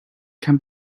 can